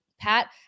Pat